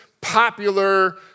popular